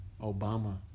Obama